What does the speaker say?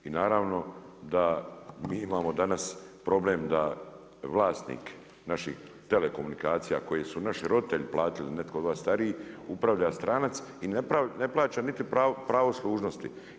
I naravno da mi imamo danas problem da vlasnik naših telekomunikacija koje su naši roditelji platili, netko od vas stariji, upravlja stranac i ne plaća niti pravo služnosti.